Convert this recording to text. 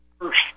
first